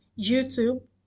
YouTube